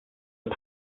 are